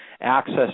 access